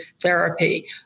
therapy